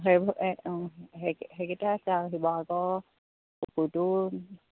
সেই সেইকেইটা আছে আৰু শিৱসাগৰ পুখুৰীটো